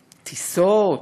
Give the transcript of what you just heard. טיסות,